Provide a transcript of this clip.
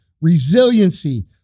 resiliency